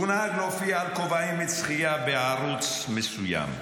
הוא נהג להופיע על כובעי מצחייה בערוץ מסוים,